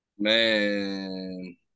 Man